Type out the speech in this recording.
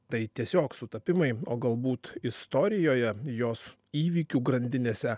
tai tiesiog sutapimai o galbūt istorijoje jos įvykių grandinėse